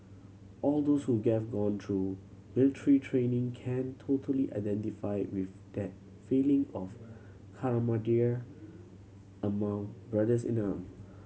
all those who have gone through military training can totally identify with that feeling of camaraderie among brothers in arm